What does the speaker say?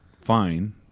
fine